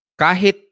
kahit